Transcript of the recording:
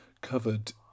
covered